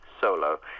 solo